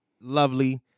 lovely